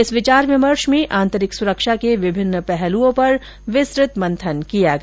इस विचार विमर्श में आंतरिक सुरक्षा के विभिन्न पहलुओं पर विस्तृत मंथन किया गया